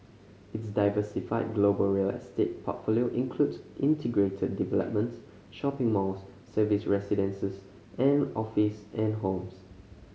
its diversified global real estate portfolio includes integrated developments shopping malls serviced residences and office and homes